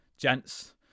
gents